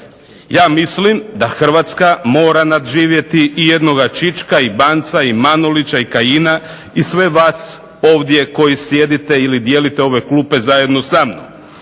Ja mislim da HRvatska mora nadživjeti jednog Čička i Banca i Manulića i Kajina i sve vas ovdje koji sjedite ili dijelite ove klupe zajedno sa mnom.